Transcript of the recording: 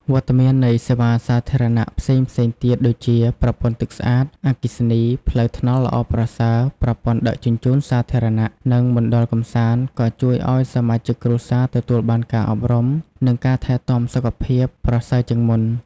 វត្តមាននៃសេវាសាធារណៈផ្សេងៗទៀតដូចជា ប្រព័ន្ធទឹកស្អាត អគ្គិសនី ផ្លូវថ្នល់ល្អប្រសើរ ប្រព័ន្ធដឹកជញ្ជូនសាធារណៈ និងមណ្ឌលកម្សាន្ត ក៏ជួយឱ្យសមាជិកគ្រួសារទទួលបានការអប់រំ និងការថែទាំសុខភាពប្រសើរជាងមុន។